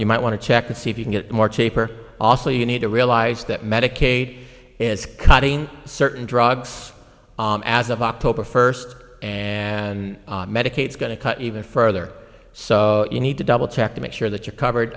you might want to check and see if you can get more cheaper also you need to realize that medicaid is cutting certain drugs as of october first and medicaid is going to cut even further so you need to double check to make sure that you're covered